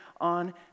on